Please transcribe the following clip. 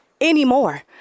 anymore